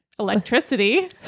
electricity